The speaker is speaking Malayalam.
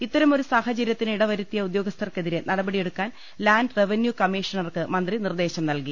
ഇത്തരമൊ രു സാഹചരൃത്തിന് ഇടവരുത്തിയ ഉദ്യോഗ്നസ്ഥർക്കെതിരെ നടപടിയെ ടുക്കാൻ ലാന്റ് റവന്യു കമ്മീഷണർക്ക് മന്ത്രി നിർദ്ദേശം നൽകി